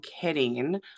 kidding